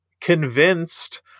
convinced